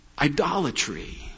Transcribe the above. Idolatry